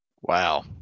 Wow